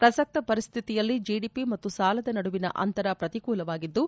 ಪ್ರಸಕ್ತ ಪರಿಸ್ಥಿತಿಯಲ್ಲಿ ಜೆಡಿಪಿ ಮತ್ತು ಸಾಲದ ನಡುವಿನ ಅಂತರ ಪ್ರತಿಕೂಲವಾಗಿದ್ದು